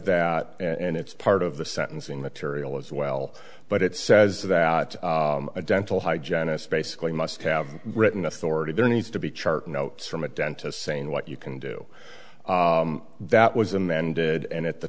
that and it's part of the sentencing material as well but it says that a dental hygienist basically must have written authority there needs to be a chart notes from a dentist saying what you can do that was amended and at the